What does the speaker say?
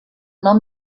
nom